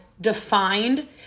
defined